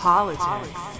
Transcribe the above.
Politics